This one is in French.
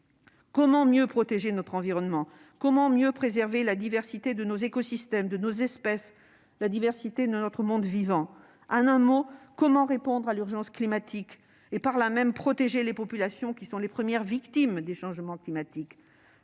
Comment mieux protéger notre environnement ? Comment mieux préserver la diversité de nos écosystèmes, de nos espèces et du monde vivant ? En un mot, comment répondre à l'urgence climatique et protéger ainsi les populations qui sont les premières victimes des changements climatiques ?